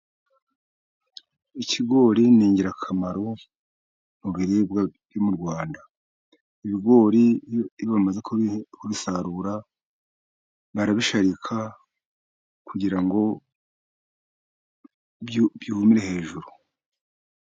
Ikigori ni ingirakamaro mu biribwa byo mu Rwanda. Ibigori iyo bamaze kubisarura，barabisharika kugira ngo byumire hejuru.